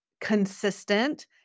consistent